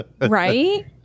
Right